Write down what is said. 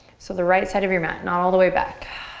so the right side of your mat, not all the way back.